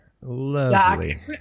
Lovely